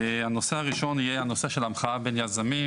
הנושא הראשון יהיה הנושא של המחאה בין יזמים.